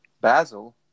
Basil